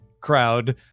crowd